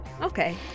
Okay